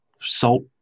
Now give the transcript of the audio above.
salt